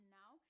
now